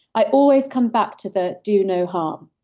i always come back to the do no harm.